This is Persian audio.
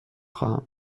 خواهم